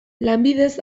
lanbidez